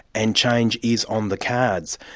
and change is on the cards.